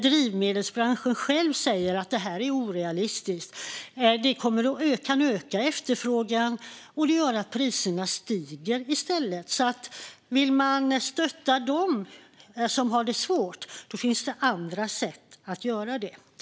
Drivmedelsbranschen själv säger att det är orealistiskt. Det kan öka efterfrågan, och det gör att priserna stiger i stället. Vill man stötta dem som har det svårt finns det andra sätt att göra det.